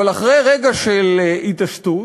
אבל אחרי רגע של התעשתות